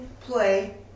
play